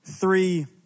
three